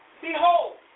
behold